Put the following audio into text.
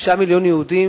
שישה מיליון יהודים,